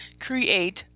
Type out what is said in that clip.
create